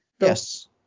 Yes